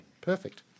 Perfect